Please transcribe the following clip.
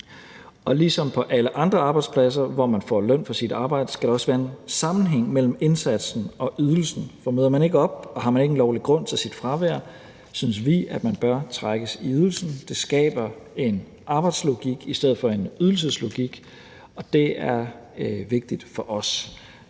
Ligesom på alle andre arbejdspladser, hvor man får løn for sit arbejde, skal der også være en sammenhæng mellem indsatsen og ydelsen, for møder man ikke op, og har man ingen lovlig grund til sit fravær, bør man trækkes ydelsen. Det synes vi skaber en arbejdslogik i stedet for en ydelseslogik. Det er vigtigt for os.